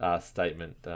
statement